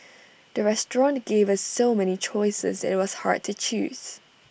the restaurant gave us so many choices that IT was hard to choose